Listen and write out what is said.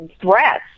threats